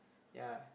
yea